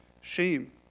shame